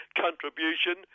Contribution